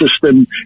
system